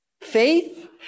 Faith